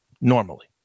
normally